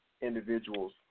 individuals